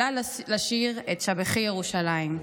עלה לשיר את "שבחי ירושלים".